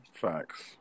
Facts